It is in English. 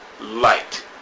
light